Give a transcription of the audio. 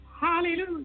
Hallelujah